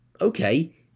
okay